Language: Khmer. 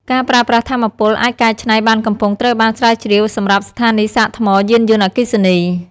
ការប្រើប្រាស់ថាមពលអាចកែច្នៃបានកំពុងត្រូវបានស្រាវជ្រាវសម្រាប់ស្ថានីយ៍សាកថ្មយានយន្តអគ្គីសនី។